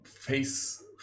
face